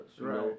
Right